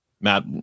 Matt